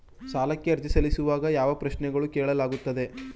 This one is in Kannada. ಸಾಲಕ್ಕೆ ಅರ್ಜಿ ಸಲ್ಲಿಸುವಾಗ ಯಾವ ಪ್ರಶ್ನೆಗಳನ್ನು ಕೇಳಲಾಗುತ್ತದೆ?